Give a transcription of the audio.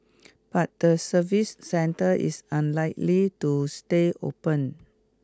but the service centre is unlikely to stay open